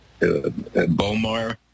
bomar